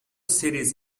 cities